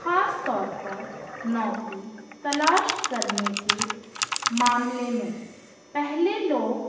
خاص طور پر نوکری تلاش کرنے کے معاملے میں پہلے لوگ